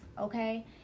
Okay